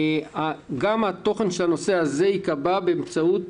גם התוכן של הנושא הזה ייקבע באמצעות